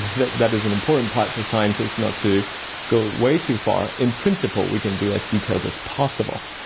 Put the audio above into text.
that that is an important part for scientists, not to go way too far. in principle we can do as detailed as possible,